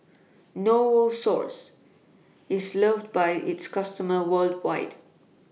Novosource IS loved By its customers worldwide